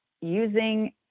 using